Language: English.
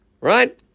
right